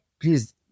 Please